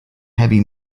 heavy